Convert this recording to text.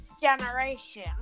generation